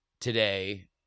today